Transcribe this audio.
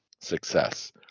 success